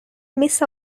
miss